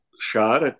shot